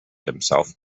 himself